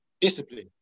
discipline